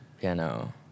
Piano